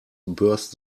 burst